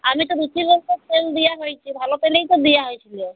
আমি তো বিক্রি তেল দিয়া হইচে ভালো তেলেই তো দেওয়া হয়েছিলো